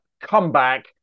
comeback